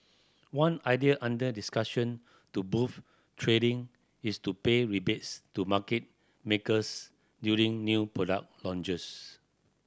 one idea under discussion to boost trading is to pay rebates to market makers during new product launches